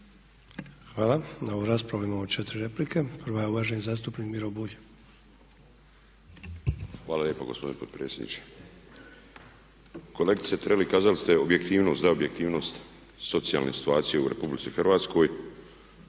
Hvala. Na ovu raspravu imamo 4 replike. Prva je uvaženi zastupnik Miro Bulj. **Bulj, Miro (MOST)** Hvala lijepo gospodine potpredsjedniče. Kolegice Tireli kazali sate objektivnost, da je objektivnost socijalne situacije u Republici Hrvatskoj